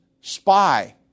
spy